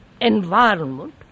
environment